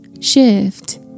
shift